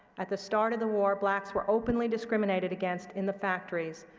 at the start of the war, blacks were openly discriminated against in the factories.